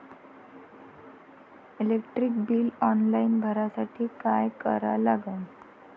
Electric bill online भरासाठी का करा लागन?